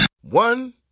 One